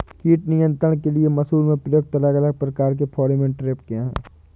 कीट नियंत्रण के लिए मसूर में प्रयुक्त अलग अलग प्रकार के फेरोमोन ट्रैप क्या है?